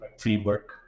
framework